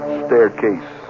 staircase